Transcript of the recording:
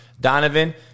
Donovan